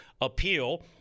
appeal